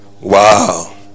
Wow